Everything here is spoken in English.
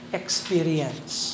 experience